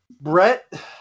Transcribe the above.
Brett